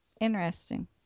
Interesting